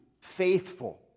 faithful